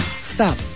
Stop